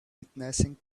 witnessing